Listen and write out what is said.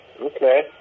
okay